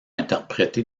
interprété